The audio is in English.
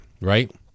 Right